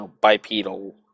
bipedal